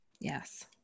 Yes